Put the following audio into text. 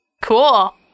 Cool